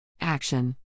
Action